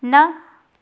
ਨਾ